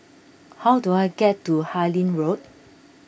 how do I get to Harlyn Road